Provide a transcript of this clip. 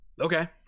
Okay